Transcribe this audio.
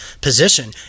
position